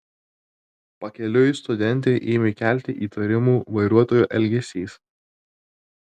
pakeliui studentei ėmė kelti įtarimų vairuotojo elgesys